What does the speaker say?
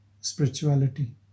spirituality